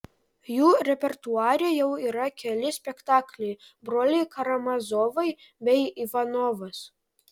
jų repertuare jau yra keli spektakliai broliai karamazovai bei ivanovas